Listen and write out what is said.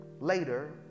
Later